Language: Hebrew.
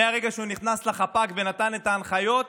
מהרגע שהוא נכנס לחפ"ק ונתן את ההנחיות,